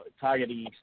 targeting